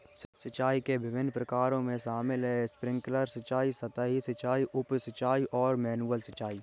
सिंचाई के विभिन्न प्रकारों में शामिल है स्प्रिंकलर सिंचाई, सतही सिंचाई, उप सिंचाई और मैनुअल सिंचाई